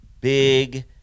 big –